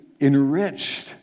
enriched